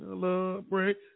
Celebrate